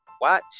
watch